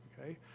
Okay